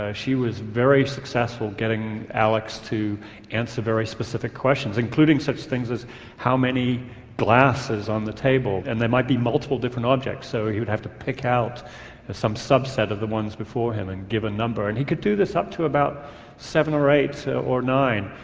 ah she was very successful getting alex to answer very specific questions, including such things as how many glasses on the table? and there might be multiple different objects so he would have to pick out some subset of the ones before him and give a number, and he could do this up to about seven or eight so or nine,